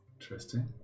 Interesting